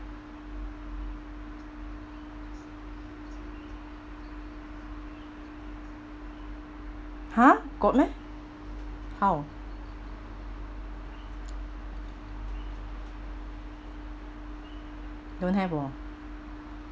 ha got meh how don't have orh